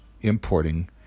importing